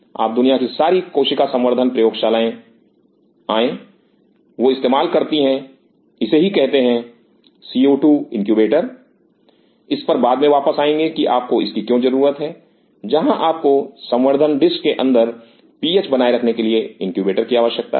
आप दुनिया की सारी कोशिका संवर्धन प्रयोगशाला आएं वह इस्तेमाल करती हैं इसे ही कहते हैं CO2 इनक्यूबेटर इस पर बाद में वापस आएँगे कि आपको इसकी क्यों जरूरत है जहां आपको संवर्धन डिश के अंदर पीएच बनाए रखने के लिए इनक्यूबेटर की आवश्यकता है